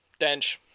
Dench